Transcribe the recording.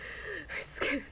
I scared